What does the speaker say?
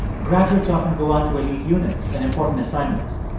graduates often go on to elite units and important assignments.